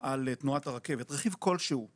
על תנועת הרכבת, רכיב כלשהו תקול,